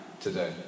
today